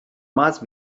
must